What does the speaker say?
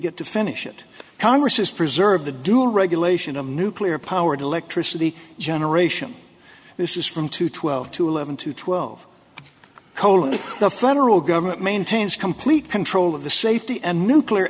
get to finish it congress is preserve the dual regulation of nuclear powered electricity generation this is from two twelve to eleven to twelve coal and the federal government maintains complete control of the safety and nuclear